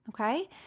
okay